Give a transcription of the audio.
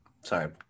sorry